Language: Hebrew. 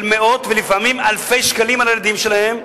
מאות ולפעמים אלפי שקלים על הילדים שלהם,